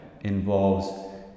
involves